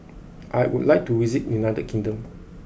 I would like to visit United Kingdom